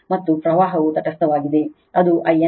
ಮತ್ತು ಪ್ರವಾಹವು ತಟಸ್ಥವಾಗಿದೆ ಅದು I n